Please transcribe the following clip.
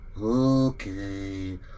Okay